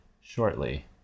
shortly